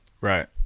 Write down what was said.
Right